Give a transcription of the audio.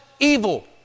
evil